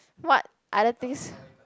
what other things